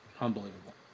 Unbelievable